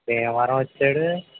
భీమవరం వచ్చాడు